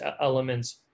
elements